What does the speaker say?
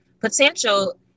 potential